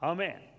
Amen